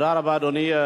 תודה רבה, אדוני.